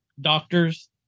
doctors